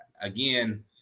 again